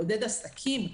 לעודד עסקים,